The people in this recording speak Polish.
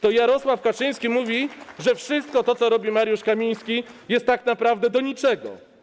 To Jarosław Kaczyński mówi, że wszystko to, co robi Mariusz Kamiński, jest tak naprawdę do niczego.